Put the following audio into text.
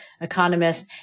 economist